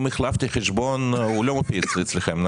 אם החלפתי חשבון הוא לא מופיע אצלכם,